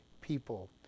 people